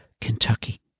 Kentucky